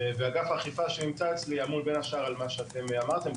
ואגף אכיפה שנמצא אצלי אמון בין השאר על מה שאתם אמרתם,